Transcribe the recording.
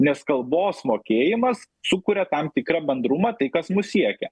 nes kalbos mokėjimas sukuria tam tikrą bendrumą tai kas mus siekia